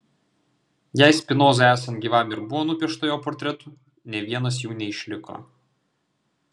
jei spinozai esant gyvam ir buvo nupiešta jo portretų nė vienas jų neišliko